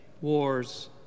Wars